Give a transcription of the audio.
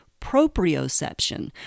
proprioception